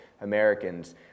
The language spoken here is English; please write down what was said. Americans